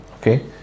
okay